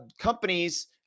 companies